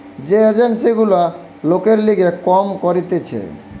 যে এজেন্সি গুলা লোকের লিগে কাম করতিছে